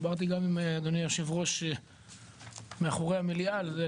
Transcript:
ודיברתי גם עם אדוני היו"ר מאחרי המליאה על זה,